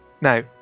Now